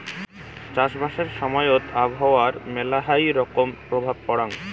চাষবাসের সময়ত আবহাওয়ার মেলহাই রকম প্রভাব পরাং